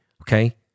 okay